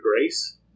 grace